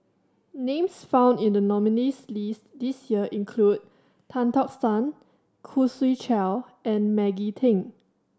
names found in the nominees' list this year include Tan Tock San Khoo Swee Chiow and Maggie Teng